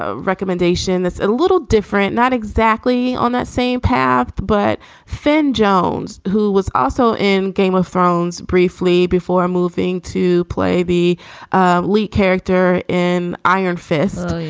ah recommendation that's a little different, not exactly on that same path, but finn jones, who was also in game of thrones briefly before moving to play the lead character in iron fist.